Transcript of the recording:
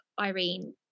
Irene